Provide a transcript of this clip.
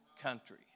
country